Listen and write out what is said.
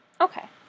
Okay